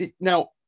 Now